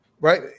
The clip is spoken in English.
right